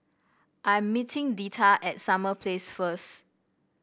I am meeting Deetta at Summer Place first